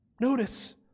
Notice